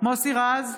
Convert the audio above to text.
מוסי רז,